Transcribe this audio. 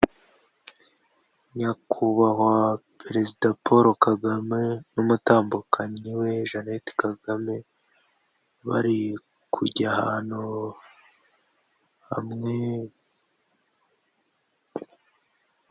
Nyakubahwa perezida Paul Kagame n'umutambukanyi we Jeannette Kagame bari kujya ahantu hamwe.